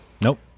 Nope